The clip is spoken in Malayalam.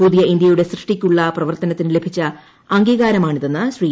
പുതിയ ഇന്ത്യയുടെ സൃഷ്ടിക്കുള്ള പ്രവർത്തനത്തിന് ലഭിച്ച അംഗീകാരമാണിതെന്ന് ശ്രീ